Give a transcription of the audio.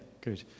good